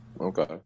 Okay